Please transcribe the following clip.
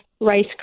Rice